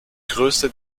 größte